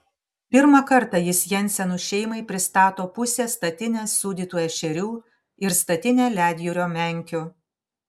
pirmą kartą jis jensenų šeimai pristato pusę statinės sūdytų ešerių ir statinę ledjūrio menkių